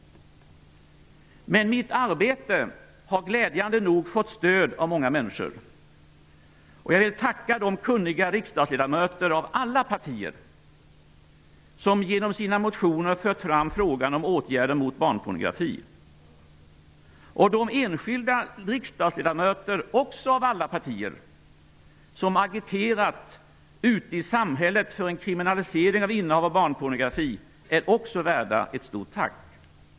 Men mitt arbete har glädjande nog fått stöd av många människor. Jag vill tacka de kunniga riksdagsledamöter av alla partier som genom sina motioner fört fram frågan om åtgärder mot barnpornografi. De enskilda riksdagsledamöter, också av alla partier, som agerat ute i samhället för en kriminalisering av innehav av barnpornografi är också värda ett stort tack.